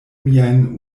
miajn